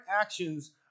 actions